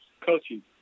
coaching